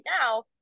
now